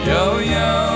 Yo-yo